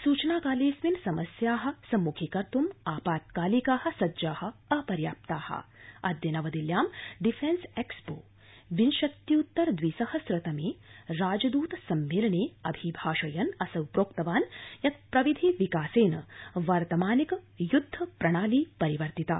सूचना कालेऽस्मिन् समस्या सम्मुखी कर्त् आपातकालिका सज्जा अपर्याप्ता अद्य नवदिल्ल्यां डिफेंस एक्सपो विंशत्युत्तर द्विसहस्रतमे राजदृत सम्मेलने अभिभाषयन् असौ प्रोक्तवान् यत् प्रविधि विकासेन वर्तमानिक युद्ध प्रणाली परिवर्तिता